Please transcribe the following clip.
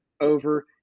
over